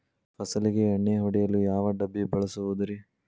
ಫಸಲಿಗೆ ಎಣ್ಣೆ ಹೊಡೆಯಲು ಯಾವ ಡಬ್ಬಿ ಬಳಸುವುದರಿ?